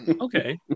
Okay